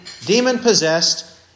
demon-possessed